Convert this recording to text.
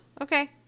Okay